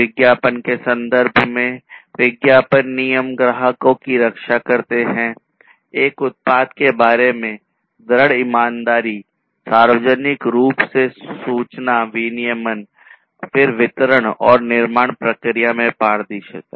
विज्ञापन के संदर्भ में विज्ञापन नियम ग्राहकों की रक्षा करते हैं एक उत्पाद के बारे में दृढ़ ईमानदारी सार्वजनिक रूप से सूचना विनियमन फिर वितरण और निर्माण प्रक्रिया में पारदर्शिता